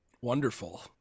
wonderful